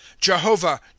jehovah